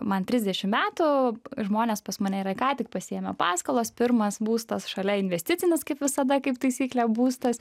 man trisdešimt metų žmonės pas mane yra ką tik pasiėmę paskolas pirmas būstas šalia investicinis kaip visada kaip taisyklė būstas